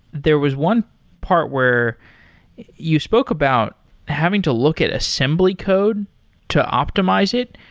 there was one part where you spoke about having to look at assembly code to optimize it.